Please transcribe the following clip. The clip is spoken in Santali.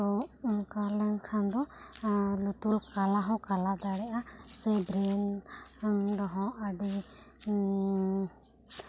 ᱛᱚ ᱚᱱᱠᱟ ᱞᱮᱱ ᱠᱷᱟᱱ ᱫᱚ ᱞᱩᱛᱩᱨ ᱠᱟᱞᱟ ᱦᱚᱸ ᱠᱟᱞᱟ ᱫᱟᱲᱮᱭᱟᱜᱼᱟ ᱥᱮ ᱵᱨᱮᱱ ᱨᱮ ᱦᱚᱸ ᱟᱹᱰᱤ